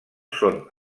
són